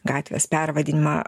gatvės pervadinimą